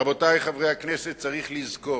רבותי חברי הכנסת, צריך לזכור: